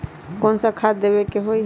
कोन सा खाद देवे के हई?